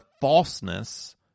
falseness